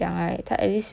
ten K eh